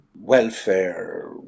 welfare